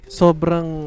sobrang